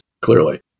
clearly